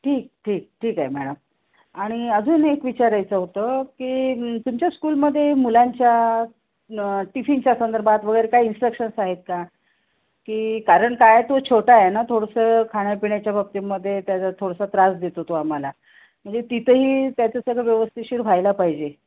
ठीक ठीक ठीक आहे मॅडम आणि अजून एक विचारायचं होतं की तुमच्या स्कूलमध्ये मुलांच्या टिफिनच्या संदर्भात वगैरे काय इन्स्ट्रक्शन्स आहेत का की कारण काय तो छोटा आहे ना थोडंसं खाण्यापिण्याच्या बाबतीमध्ये त्याचा थोडंसा त्रास देतो तो आम्हाला म्हणजे तिथंही त्याचं सगळं व्यवस्थिशीर व्हायला पाहिजे